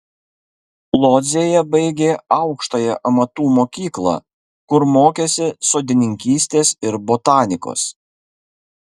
lodzėje baigė aukštąją amatų mokyklą kur mokėsi sodininkystės ir botanikos